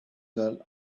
girl